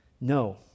No